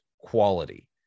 quality